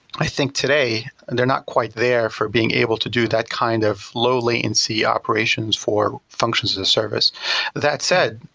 i think today, and they're not quite there for being able to do that kind of low latency operations for functions as a service that said,